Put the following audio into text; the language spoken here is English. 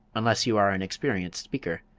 unless you are an experienced speaker.